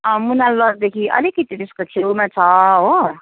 अँ मुनाल लजदेखि अलिकति त्यसको छेउमा छ हो